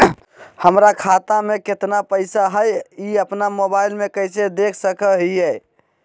हमर खाता में केतना पैसा हई, ई अपन मोबाईल में कैसे देख सके हियई?